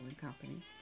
Company